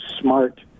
smart